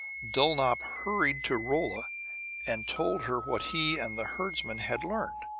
dulnop hurried to rolla and told her what he and the herdsman had learned.